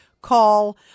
call